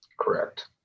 Correct